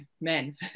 men